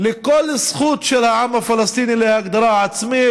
לכל זכות של העם הפלסטיני להגדרה עצמית,